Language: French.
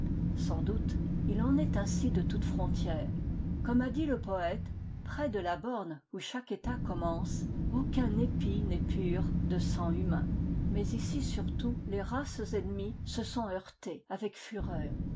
sans doute il en est ainsi de toute frontière comme a dit le poète près de la borne où chaque etat commence aucun épi n'est pur de sanghumain mais ici surtout les races ennemies se sont heurtées avec fureur